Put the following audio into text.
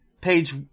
Page